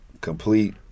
complete